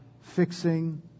Fixing